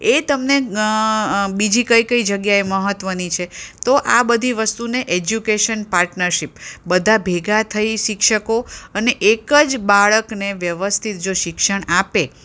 એ તમને બીજી કઈ કઈ જગ્યાએ મહત્ત્વની છે તો આ બધી વસ્તુને એજ્યુકેશન પાર્ટરશીપ બધા ભેગા થઈ શિક્ષકો અને એક જ બાળકને વ્યવસ્થિત જો શિક્ષણ આપે